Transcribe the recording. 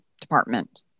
department